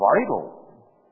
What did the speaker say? vital